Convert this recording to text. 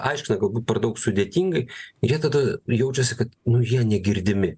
aiškina galbūt per daug sudėtingai ir jie tada jaučiasi kad jie negirdimi